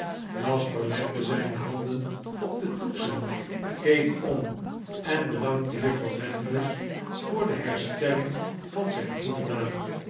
jasper legde zijne handen op de toetsen keek om en bedankte juffrouw landless voor de herstelling van zijn goeden naam